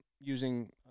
using